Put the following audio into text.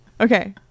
Okay